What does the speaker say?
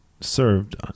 served